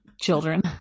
children